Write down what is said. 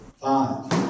five